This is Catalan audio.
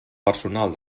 personal